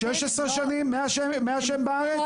16 שנים, מאז שהן בארץ?